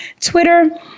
Twitter